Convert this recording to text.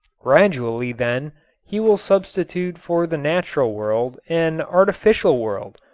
gradually then he will substitute for the natural world an artificial world,